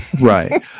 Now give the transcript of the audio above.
Right